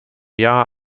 jahr